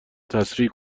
تسریع